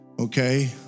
Okay